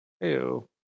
Ew